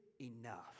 enough